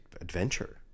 Adventure